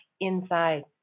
inside